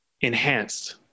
enhanced